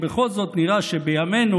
ובכל זאת נראה שבימינו,